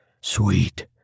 sweet